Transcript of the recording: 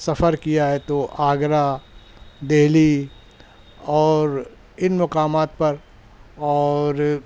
سفر کیا ہے تو آگرہ دہلی اور ان مقامات پر اور